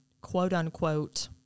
quote-unquote